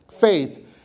Faith